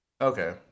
Okay